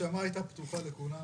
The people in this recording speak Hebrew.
ההרשמה הייתה פתוחה עבור כולם.